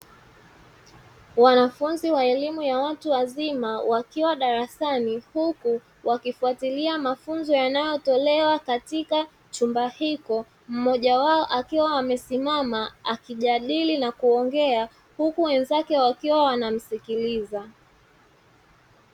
Wanafunzi wa elimu ya watu wazima wakiwa darasani, huku wakifuatilia mafunzo yanayotolewa katika chumba hiko, mmoja wao akiwa amesimama akijadili na kuongea huku wenzake wakiwa wanamsikiliza.